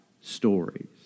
stories